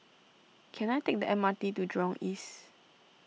can I take the M R T to Jurong East